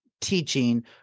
teaching